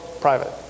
private